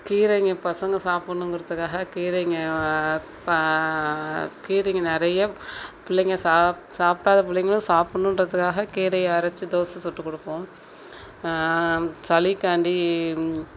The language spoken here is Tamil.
கீரைங்கள் பசங்கள் சாப்பிட்ணுங்கிறதுக்காக கீரைங்கள் பா கீரைங்கள் நிறைய பிள்ளைங்கள் சாப் சாப்பிடாத பிள்ளைங்களும் சாப்பிட்ணுன்றதுக்காக கீரையை அரச்சு தோசை சுட்டுக்கொடுப்போம் சளிக்காண்டி